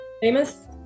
famous